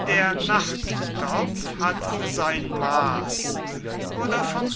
der nachttopf hat sein maß oder vom